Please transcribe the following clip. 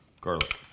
Garlic